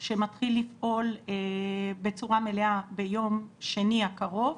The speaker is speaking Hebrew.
שמתחיל לפעול בצורה מלאה ביום שני הקרוב,